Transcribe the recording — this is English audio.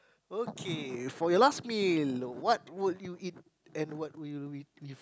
okay for your last meal what would you eat and what will you eat with